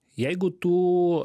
jeigu tu